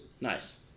Nice